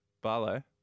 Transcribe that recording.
Barlow